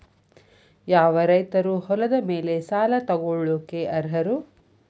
ಯಾವ ರೈತರು ಹೊಲದ ಮೇಲೆ ಸಾಲ ತಗೊಳ್ಳೋಕೆ ಅರ್ಹರು?